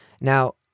Now